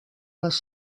les